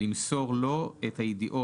למסור לו את הידיעות,